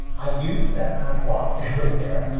i used for that, and i walked everywhere,